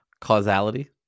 Causality